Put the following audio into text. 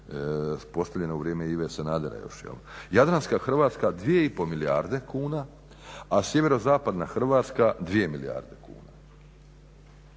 postavljene u vrijeme Ive Sanadera još jel, Jadranska Hrvatska 2,5 milijarde kuna a Sjeverozapadna Hrvatska 2 milijarde kuna.